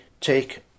take